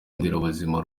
nderabuzima